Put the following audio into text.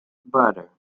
butter